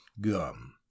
gum